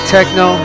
Techno